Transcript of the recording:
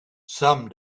some